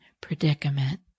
predicament